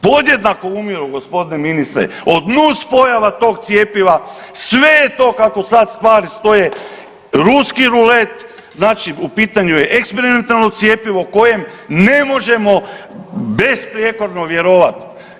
Podjednako umiru, g. ministre, od nuspojava tog cjepiva, sve to kako stvari stoje, ruski rulet, znači u pitanju je eksperimentalno cjepivo kojem ne možemo besprijekorno vjerovati.